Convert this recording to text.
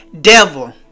devil